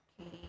okay